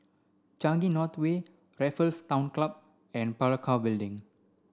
Changi North Way Raffles Town Club and Parakou Building